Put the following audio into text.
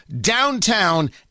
downtown